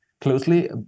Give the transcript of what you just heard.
closely